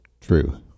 True